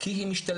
כי היא משתלבת,